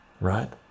right